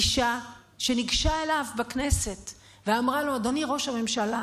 אישה שניגשה אליו בכנסת ואמרה לו: אדוני ראש הממשלה,